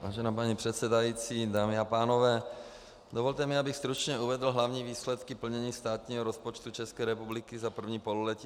Vážená paní předsedající, dámy a pánové, dovolte mi, abych stručně uvedl hlavní výsledky plnění státního rozpočtu ČR za první pololetí 2014.